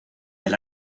del